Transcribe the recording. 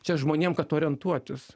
čia žmonėm kad orientuotis